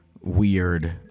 weird